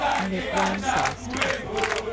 and make wine sauce to eat with it.